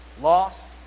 Lost